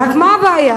רק מה הבעיה?